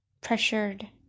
pressured